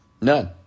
None